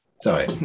Sorry